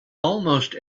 almost